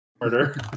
murder